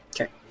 Okay